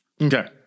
Okay